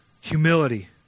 Humility